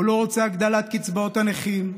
הוא לא רוצה הגדלת קצבאות הנכים,